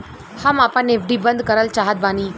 हम आपन एफ.डी बंद करल चाहत बानी